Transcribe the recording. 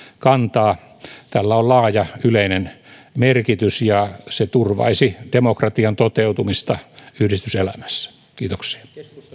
kantaa tällä on laaja yleinen merkitys ja se turvaisi demokratian toteutumista yhdistyselämässä kiitoksia